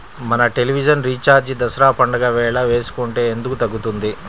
మన television recharge Dasara పండగ వేళ వేసుకుంటే ఎందుకు తగ్గుతుంది?